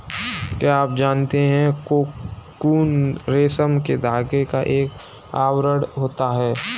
क्या आप जानते है कोकून रेशम के धागे का एक आवरण होता है?